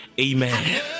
amen